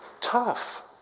tough